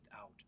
out